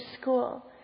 school